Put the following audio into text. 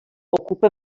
ocupa